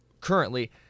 currently